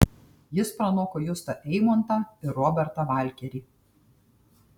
jis pranoko justą eimontą ir robertą valkerį